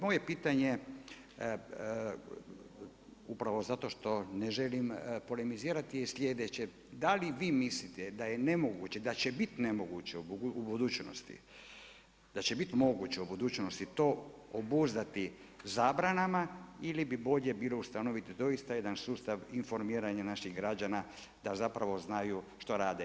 Moje pitanje upravo zato što ne želim polemizirati je sljedeće: Da li vi mislite da je nemoguće, da će bit nemoguće u budućnosti, da će bit moguće u budućnosti to obuzdati zabranama ili bi bolje bilo ustanoviti doista jedan sustav informiranja naših građana da zapravo znaju što rade.